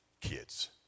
kids